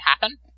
happen